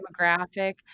demographic